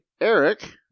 eric